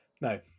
No